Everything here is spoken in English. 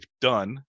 done